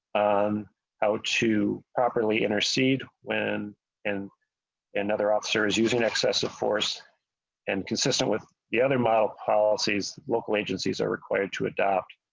um how to properly intercede when and and another officers using excessive force and consistent with the other model policies local agencies are required to adopt.